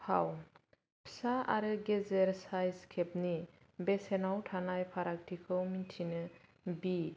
फाव फिसा आरो गेजेर साइज केबनि बेसेनाव थानाय फारागथिखौ मिन्थिनो बि